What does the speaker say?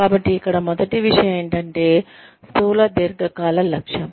కాబట్టి ఇక్కడ మొదటి విషయం ఏమిటంటే స్థూల దీర్ఘ కాల లక్ష్యం